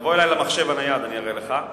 זה ב-Ynet, תבוא אלי למחשב הנייד, אני אראה לך.